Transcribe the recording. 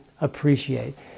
appreciate